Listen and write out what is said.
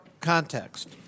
context